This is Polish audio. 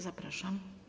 Zapraszam.